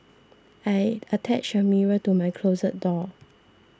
I attached a mirror to my closet door